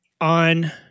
on